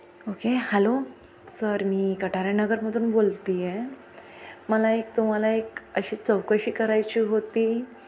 okay hello sir मी कटारे नगरमधून बोलते आहे मला एक तुम्हाला एक अशी चौकशी करायची होती